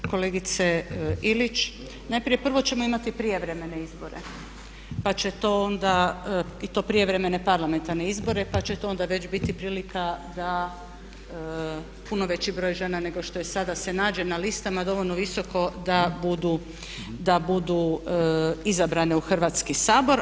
Kolegice Ilić, najprije prvo ćemo imati prijevremene izbore pa će to onda, i to prijevremene parlamentarne izbore pa će to onda već biti prilika da puno veći broj žena nego što je sada se nađe na listama dovoljno visoko da budu izabrane u Hrvatski sabor.